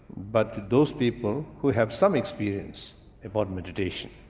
but those people who have some experience in but meditation.